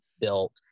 built